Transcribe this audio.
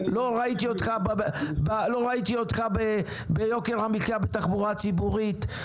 לא ראיתי אותך ביוקר המחיה בתחבורה הציבורית,